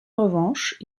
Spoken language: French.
revanche